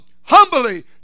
humbly